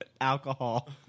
alcohol